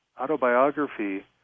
autobiography